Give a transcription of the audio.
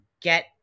get